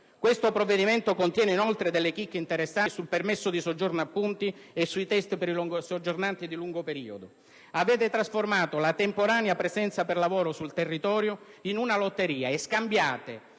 Questo provvedimento contiene inoltre delle chicche interessanti sul permesso di soggiorno a punti e sui test per i soggiornanti di lungo periodo. Avete trasformato la temporanea presenza per lavoro sul territorio in una lotteria e scambiate